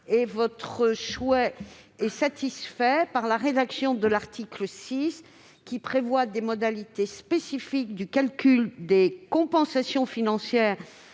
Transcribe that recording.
Berthet, est satisfait par la rédaction de l'article 6, celui-ci prévoyant des modalités spécifiques de calcul des compensations financières